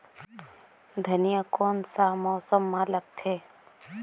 धनिया कोन सा मौसम मां लगथे?